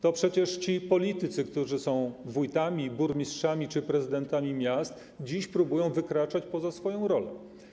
To przecież ci politycy, którzy są wójtami, burmistrzami czy prezydentami miast, dziś próbują wykraczać poza swoją rolę.